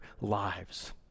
lives